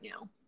now